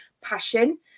passion